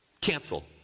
cancel